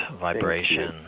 Vibration